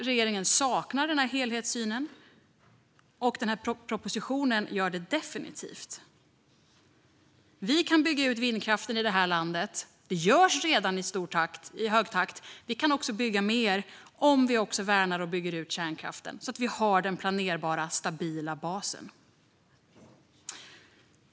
Regeringen saknar denna helhetssyn, och i propositionen saknas den definitivt. Vi kan bygga ut vindkraften i det här landet. Det görs redan i hög takt. Vi kan också bygga mer om vi värnar och bygger ut kärnkraften så att vi har den planerbara stabila basen.